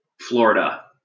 Florida